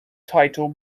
title